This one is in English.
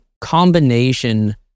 combination